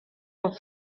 del